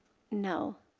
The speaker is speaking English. no.